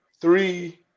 three